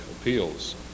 appeals